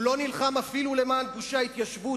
הוא לא נלחם אפילו למען גושי ההתיישבות